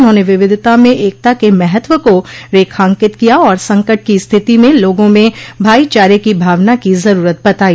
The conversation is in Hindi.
उन्होंने विविधता में एकता के महत्व को रेखांकित किया और संकट की स्थिति में लोगों में भाई चारे की भावना की जरूरत बताई